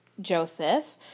Joseph